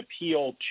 appeal